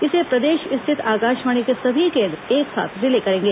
इसे प्रदेश स्थित आकाशवाणी के सभी केंद्र एक साथ रिले करेंगे